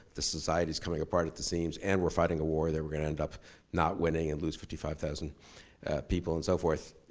the society's coming apart at the seams and we're fighting a war that we're gonna end up not winning and lose fifty five thousand people and so forth.